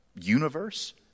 universe